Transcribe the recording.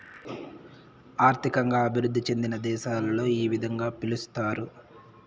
ఆర్థికంగా అభివృద్ధి చెందిన దేశాలలో ఈ విధంగా పిలుస్తారు